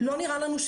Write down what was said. לא נראה לנו,